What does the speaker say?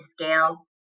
scale